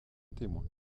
témoin